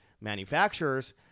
manufacturers